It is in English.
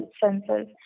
senses